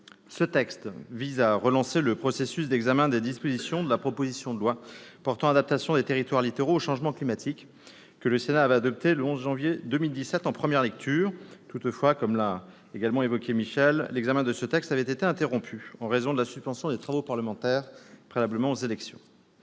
Ce texte vise à relancer le processus d'examen des dispositions de la proposition de loi portant adaptation des territoires littoraux au changement climatique, que le Sénat avait adoptée le 11 janvier 2017 en première lecture. Toutefois, l'examen de ce texte avait été interrompu par la suspension des travaux parlementaires préalable aux élections.